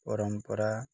ପରମ୍ପରା